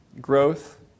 growth